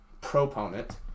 proponent